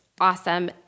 awesome